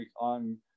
on